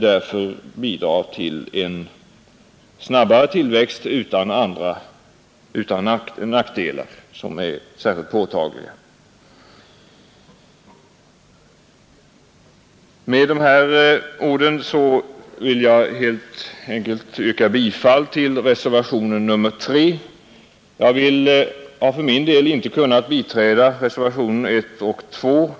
Därför bidrar man till en snabbare tillväxt utan särskilt påtagliga nackdelar. Med dessa ord vill jag helt enkelt yrka bifall till reservationen 3. Jag har för min del inte kunnat biträda reservationerna 1 och 2.